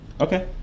Okay